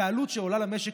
בעלות שעולה למשק,